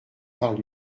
par